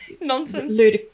nonsense